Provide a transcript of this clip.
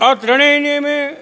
આ ત્રણેયને મેં